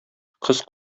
кыз